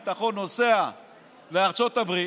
אנחנו רואים גם את שר הביטחון נוסע לארצות הברית,